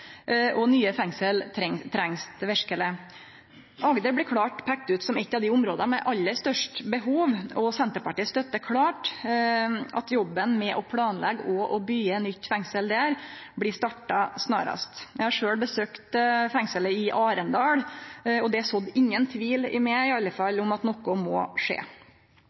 og nye fengsel treng ein verkeleg. Agder vart klart peikt ut som eitt av dei områda med aller størst behov, og Senterpartiet støttar klart at jobben med å planleggje og byggje eit nytt fengsel der blir starta snarast. Eg har sjølv besøkt fengselet i Arendal, og det er i alle fall ingen tvil i meg om at noko må skje.